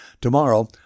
Tomorrow